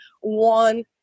One